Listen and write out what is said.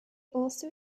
also